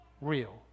real